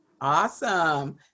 awesome